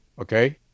Okay